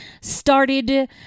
started